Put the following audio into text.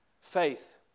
Faith